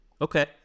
Okay